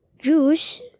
Juice